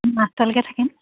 আঠটালৈকে থাকিম